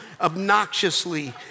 obnoxiously